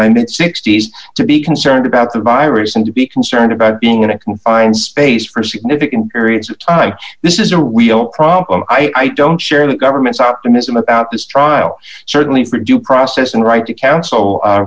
my mid sixty's to be concerned about the virus and to be concerned about being in a confined space for significant periods of time this is a real problem i don't share the government's optimism about this trial certainly for due process and right to counsel